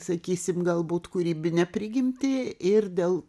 sakysim galbūt kūrybinę prigimtį ir dėl